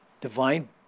divine